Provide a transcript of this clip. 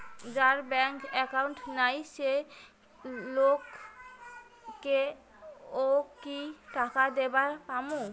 যার bank account নাই সেই লোক কে ও কি টাকা দিবার পামু?